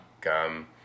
Gum